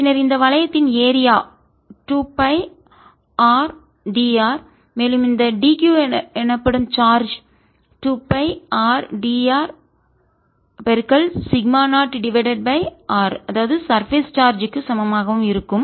பின்னர் இந்த வளையத்தின் ஏரியா பரப்பளவு 2 pi r d r மேலும் இந்த d q எனப்படும் charge 2 pi r d r sigma 0 divided by r அதாவது சர்பேஸ் சார்ஜ் மேற்பரப்பு க்கு சமம்ஆக இருக்கும்